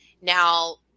now